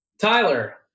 Tyler